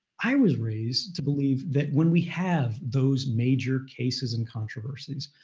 i was raised to believe that when we have those major cases and controversies,